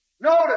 Notice